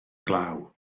glaw